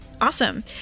awesome